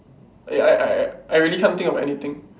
I I I I really can't think of anything